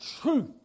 truth